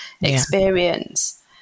experience